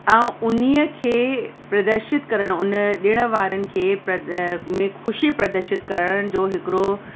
ऐं उन खे प्रदर्शित करणु उन ॾिण वारनि खे प्र में खुशी प्रदर्शित करण जो हिकिड़ो